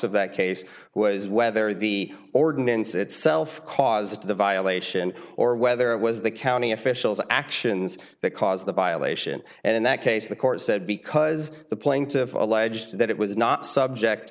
of that case was whether the ordinance itself caused the violation or whether it was the county officials actions that caused the violation and in that case the court said because the plaintiff alleged that it was not subject